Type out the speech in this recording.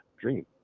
dream